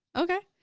okay.